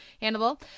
Hannibal